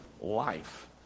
life